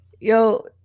yo